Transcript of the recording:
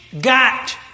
got